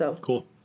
Cool